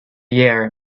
year